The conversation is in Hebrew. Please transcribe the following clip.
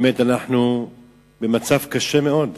באמת אנחנו במצב קשה מאוד.